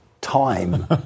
time